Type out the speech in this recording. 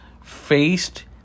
faced